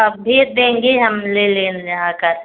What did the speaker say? तब भेज देंगे हम ले लेना आकर